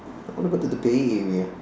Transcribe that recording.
what about the Bay area